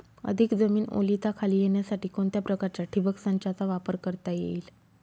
अधिक जमीन ओलिताखाली येण्यासाठी कोणत्या प्रकारच्या ठिबक संचाचा वापर करता येईल?